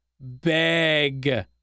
beg